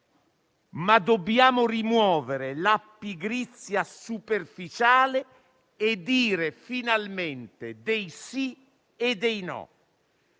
ma dobbiamo rimuovere la pigrizia superficiale e dire finalmente dei sì e dei no,